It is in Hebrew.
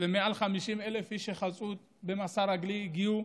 ומעל 50,000 איש חצו במסע רגלי והגיעו.